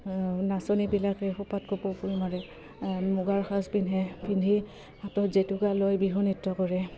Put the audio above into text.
নাচনীবিলাকে খোপাত কপৌ ফুল মাৰে মুগাৰ সাজ পিন্ধে পিন্ধি হাতত জেতুকা লৈ বিহু নৃত্য কৰে